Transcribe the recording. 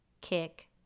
kick